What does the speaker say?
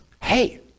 Hey